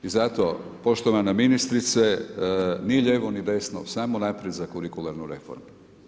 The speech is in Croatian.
I zato poštovana ministrice, ni lijevo ni desno, samo naprijed za kurikularnu reformu.